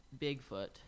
Bigfoot